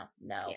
No